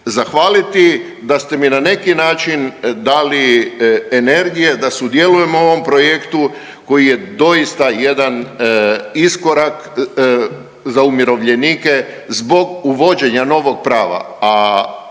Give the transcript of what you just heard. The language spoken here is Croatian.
zahvaliti da ste mi na neki način dali energije da sudjelujemo u ovom projektu koji je doista jedan iskorak za umirovljenike zbog uvođenja novog prava,